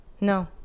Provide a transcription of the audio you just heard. no